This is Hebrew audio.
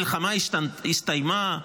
המלחמה הסתיימה?